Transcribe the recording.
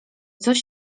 coś